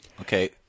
okay